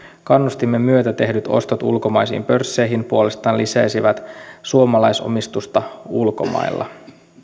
kannustimen myötä tehdyt ostot ulkomaisiin pörsseihin puolestaan lisäisivät suomalaisomistusta ulkomailla